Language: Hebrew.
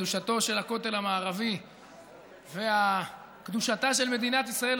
קדושתו של הכותל המערבי וקדושתה של מדינת ישראל,